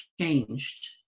changed